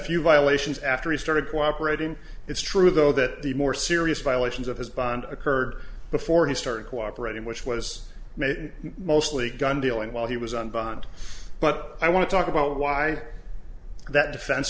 few violations after he started cooperating it's true though that the more serious violations of his bond occurred before he started cooperating which was made mostly gun dealing while he was on bond but i want to talk about why that defen